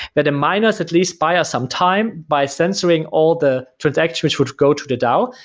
but the miners at least buy us some time by sensoring all the transactions which would go to the dao.